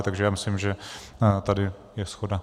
Takže si myslím, že tady je shoda.